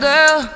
Girl